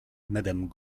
madame